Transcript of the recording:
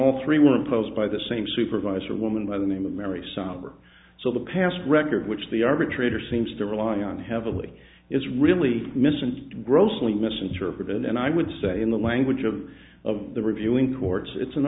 all three were imposed by the same supervisor woman by the name of mary solver so the past record which the arbitrator seems to rely on heavily is really missed and grossly misinterpreted and i would say in the language of of the reviewing